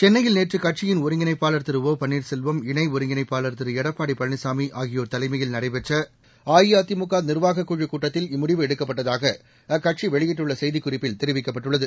சென்னையில் நேற்று கட்சியின் ஒருங்கிணைப்பாளர் திரு ஒ பன்னீர்செல்வம் இணை ஒருங்கிணைப்பாள் திரு எடப்பாடி பழனிசாமி ஆகியோர் தலைமையில் நடைபெற்ற அஇஅதிமுக நிர்வாகக் குழுக் கூட்டத்தில் இம்முடிவு எடுக்கப்பட்டதாக அக்கட்சி வெளியிட்டுள்ள செய்திக்குறிப்பில் தெரிவிக்கப்பட்டுள்ளது